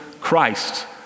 Christ